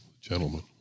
gentlemen